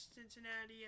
Cincinnati